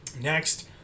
Next